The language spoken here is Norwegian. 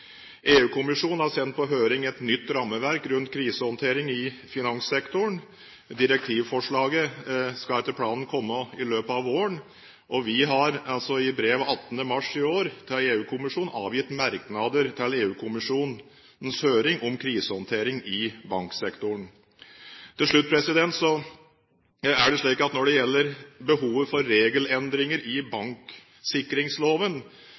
EU-kommisjonen har sendt på høring et nytt rammeverk for krisehåndtering i finanssektoren. Direktivforslaget skal etter planen komme i løpet av våren. Vi har i brev av 18. mars i år til EU-kommisjonen avgitt merknader til EU-kommisjonens høring om rammeverk for krisehåndtering i banksektoren. Når det gjelder behovet for regelendringer i